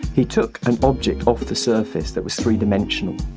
he took an object off the surface that was three-dimensional,